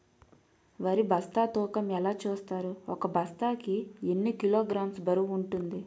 వరి బస్తా తూకం ఎలా చూస్తారు? ఒక బస్తా కి ఎన్ని కిలోగ్రామ్స్ బరువు వుంటుంది?